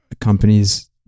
companies